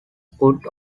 put